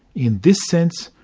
in this sense,